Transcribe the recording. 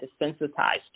desensitized